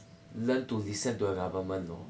learn to listen to the government you know